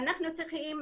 אנחנו צריכים,